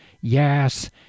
Yes